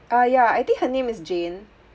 ah yeah I think her name is jane